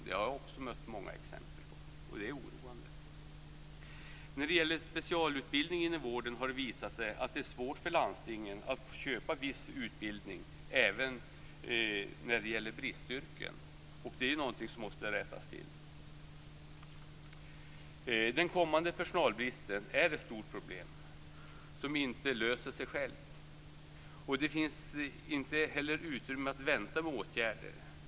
Det har jag också mött många exempel på, och det är oroande. Det har visat sig att det är svårt för landstingen att få köpa viss specialutbildning inom vården, även när det gäller bristyrken. Det är någonting som måste rättas till. Den kommande personalbristen är ett stort problem som inte löser sig självt. Det finns inte heller utrymme att vänta med åtgärder.